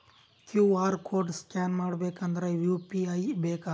QR code scan ಮಾಡಬೇಕಾದರೆ UPI ಬೇಕಾ?